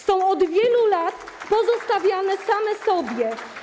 Są od wielu lat pozostawiane same sobie.